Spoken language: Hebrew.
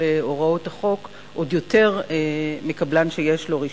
הוראות החוק עוד יותר מקבלן שיש לו רשיון.